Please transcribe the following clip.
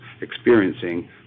experiencing